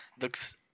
looks